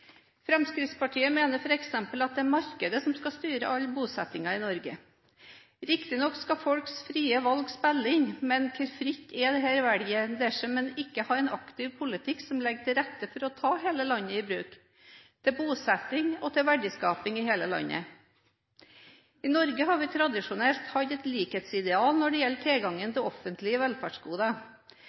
Fremskrittspartiet mener f.eks. at det er markedet som skal styre all bosettingen i Norge. Riktignok skal folks frie valg spille inn, men hvor fritt er dette valget dersom man ikke har en aktiv politikk som legger til rette for å ta hele landet i bruk – til bosetting og til verdiskaping i hele landet? I Norge har vi tradisjonelt hatt et likhetsideal når det gjelder tilgangen til offentlige velferdsgoder.